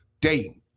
day